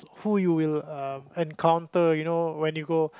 who you will uh encounter you know when you go